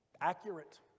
accurate